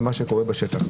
ובין מה שקורה בשטח.